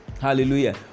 Hallelujah